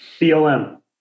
BLM